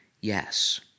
Yes